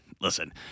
listen